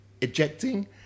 ejecting